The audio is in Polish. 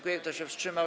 Kto się wstrzymał?